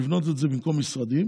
לבנות את זה במקום משרדים,